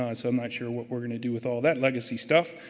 um so, i'm not sure what we're going to do with all that legacy stuff.